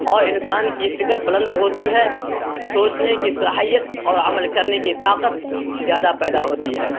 اور انسان کی فکر بلند ہوتی ہے سوچنے کی صلاحیت اور عمل کرنے کی طاقت زیادہ پیدا ہوتی ہے